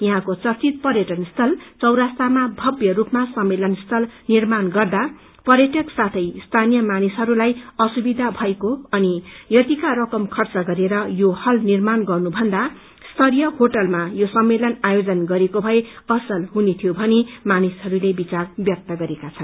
यहाँको चर्चित पर्यटन स्थल चौरास्तामा भव्य रूपमा सम्मेलन स्थल निर्माण गर्दा पर्यटक साथै स्थानीय मानिसहरूलाई असुविधा भएको अनि यतिका रकम खर्च गरेर यो हल निर्माण गर्नुभन्दा स्तरीय होटलमा यो सम्मेलन आयोजन गरिएको भए असल हुने थियो भनी मानिसहरूले विचार व्यक्त गरेका छन्